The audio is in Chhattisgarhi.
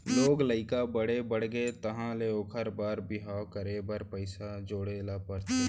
लोग लइका बड़े बाड़गे तहाँ ले ओखर बर बिहाव करे बर पइसा जोड़े ल परथे